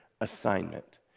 assignment